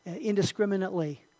indiscriminately